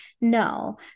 No